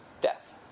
Death